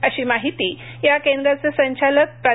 अशी माहिती या केंद्राचे संचालक प्रा